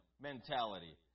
mentality